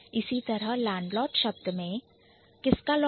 इसी तरह Landlord शब्द में किसका लॉर्ड